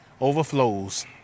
overflows